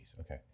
okay